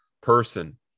person